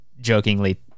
jokingly